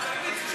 נחמן שי,